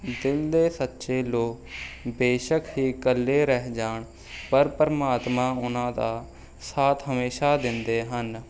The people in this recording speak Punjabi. ਦਿਲ ਦੇ ਸੱਚੇ ਲੋਕ ਬੇਸ਼ੱਕ ਹੀ ਇਕੱਲੇ ਰਹਿ ਜਾਣ ਪਰ ਪ੍ਰਮਾਤਮਾ ਉਹਨਾਂ ਦਾ ਸਾਥ ਹਮੇਸ਼ਾ ਦਿੰਦੇ ਹਨ